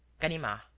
ganimard.